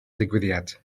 digwyddiad